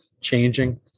changing